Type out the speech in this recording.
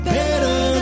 better